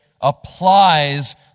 applies